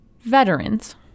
Veterans